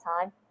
time